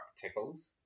tickles